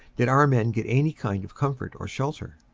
did our men get any kind of comfort or shelter.